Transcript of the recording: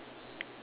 ya